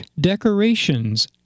decorations